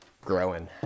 growing